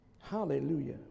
hallelujah